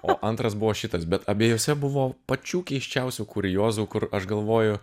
o antras buvo šitas bet abiejuose buvo pačių keisčiausių kuriozų kur aš galvoju